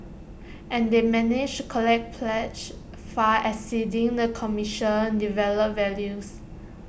and they managed collect pledges far exceeding the commercial developer's values